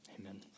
amen